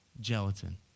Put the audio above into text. gelatin